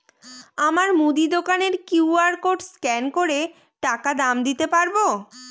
আমার মুদি দোকানের কিউ.আর কোড স্ক্যান করে টাকা দাম দিতে পারব?